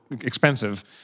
expensive